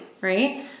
right